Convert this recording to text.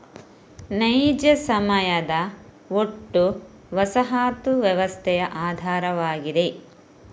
ನೈಜ ಸಮಯದ ಒಟ್ಟು ವಸಾಹತು ವ್ಯವಸ್ಥೆಯ ಆಧಾರವಾಗಿದೆ